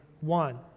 one